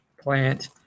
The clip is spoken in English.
plant